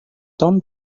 tom